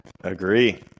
agree